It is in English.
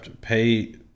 pay